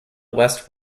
west